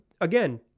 again